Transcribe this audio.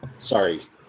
Sorry